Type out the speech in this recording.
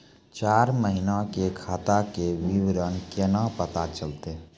चार महिना के खाता के विवरण केना पता चलतै?